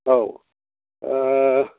औ